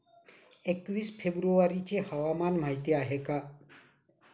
एकवीस फेब्रुवारीची हवामान माहिती आहे का?